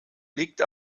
liegt